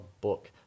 book